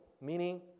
meaning